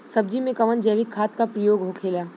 सब्जी में कवन जैविक खाद का प्रयोग होखेला?